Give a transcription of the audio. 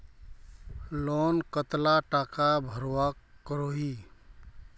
Loan कतला टाका भरवा करोही?